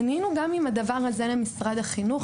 פנינו גם עם הדבר הזה למשרד החינוך